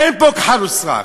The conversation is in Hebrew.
אין פה כחל ושרק.